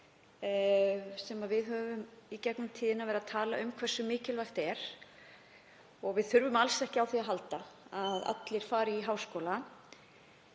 Við höfum í gegnum tíðina verið að tala um hversu mikilvægt það er og við þurfum alls ekki á því að halda að allir fari í háskóla.